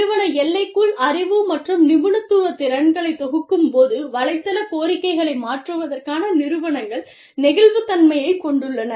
நிறுவன எல்லைக்குள் அறிவு மற்றும் நிபுணத்துவ திறன்களைத் தொகுக்கும்போது வலைத்தள கோரிக்கைகளை மாற்றுவதற்கான நிறுவனங்கள் நெகிழ்வுத்தன்மையைக் கொண்டுள்ளன